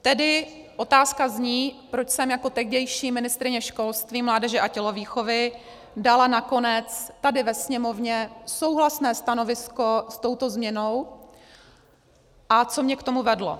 Tedy otázka zní, proč jsem jako tehdejší ministryně školství, mládeže a tělovýchovy dala nakonec tady ve Sněmovně souhlasné stanovisko s touto změnou a co mě k tomu vedlo.